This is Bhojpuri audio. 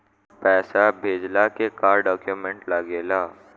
पैसा भेजला के का डॉक्यूमेंट लागेला?